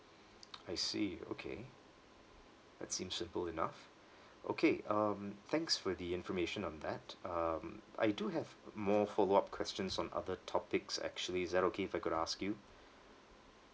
I see okay that seems simple enough okay um thanks for the information on that um I do have more follow up questions on other topics actually is that okay if I could ask you